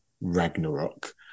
Ragnarok